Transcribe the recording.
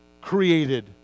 created